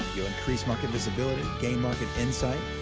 you'll increase market visibility, gain market insight,